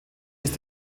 ist